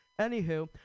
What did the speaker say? Anywho